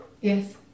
Yes